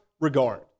regard